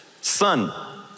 son